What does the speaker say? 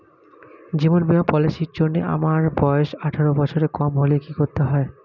জীবন বীমা পলিসি র জন্যে আমার বয়স আঠারো বছরের কম হলে কি করতে হয়?